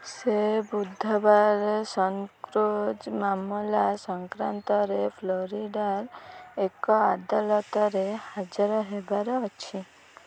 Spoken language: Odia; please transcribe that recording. ସେ ବୁଧବାର ସନ୍କ୍ରୁଜ୍ ମାମଲା ସଂକ୍ରାନ୍ତରେ ଫ୍ଲୋରିଡ଼ାର ଏକ ଅଦାଲତରେ ହାଜର ହେବାର ଅଛି